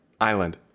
island